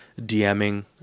DMing